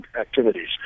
activities